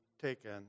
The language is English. taken